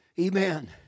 Amen